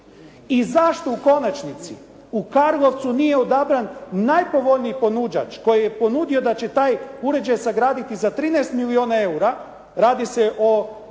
I zašto u konačnici u Karlovcu nije odabran najpovoljniji ponuđač koji je ponudio da će taj uređaj sagraditi za 13 milijuna EUR-a. Radi se o